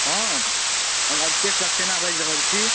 हँ हम अभिषेक सक्सेना बाजि रहल छी